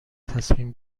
تصمیم